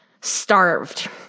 starved